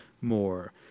more